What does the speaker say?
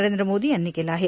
नरेंद्र मोदी यांनी केलं आहे